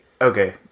okay